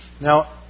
Now